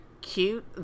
cute